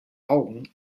augen